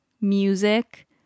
music